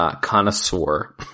Connoisseur